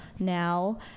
Now